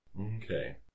Okay